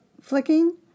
flicking